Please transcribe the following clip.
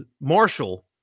Marshall